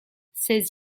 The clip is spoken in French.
ses